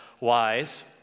wise